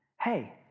hey